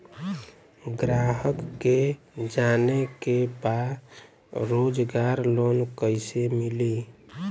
ग्राहक के जाने के बा रोजगार लोन कईसे मिली?